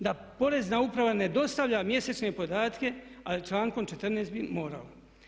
Da porezna uprava ne dostavlja mjesečne podatke a člankom 14. bi morala.